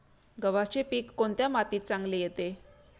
गव्हाचे पीक कोणत्या मातीत चांगले येते?